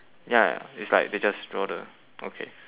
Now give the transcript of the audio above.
ya it's like they just draw the okay